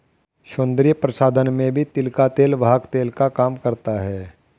सौन्दर्य प्रसाधन में भी तिल का तेल वाहक तेल का काम करता है